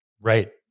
right